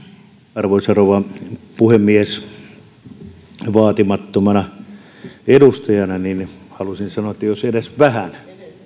arvoisa rouva puhemies vaatimattomana edustajana halusin sanoa että jos edes vähän